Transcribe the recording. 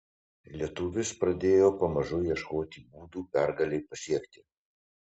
lietuvis pradėjo pamažu ieškoti būdų pergalei pasiekti